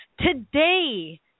Today